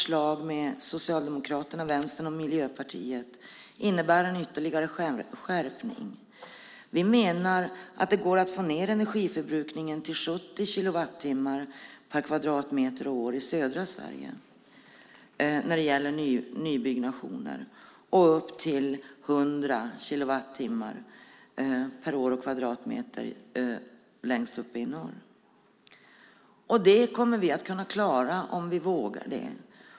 Socialdemokraternas, Vänsterns och Miljöpartiets gemensamma förslag innebär en ytterligare skärpning. Vi menar att det går att få ned energiförbrukningen till 70 kilowattimmar per kvadratmeter och år i södra Sverige när det gäller nybyggnationer och upp till 100 kilowattimmar per kvadratmeter och år längst uppe i norr. Det kommer vi att klara om vi vågar det.